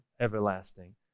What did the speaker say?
everlasting